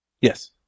Yes